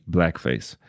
Blackface